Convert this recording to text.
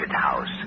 house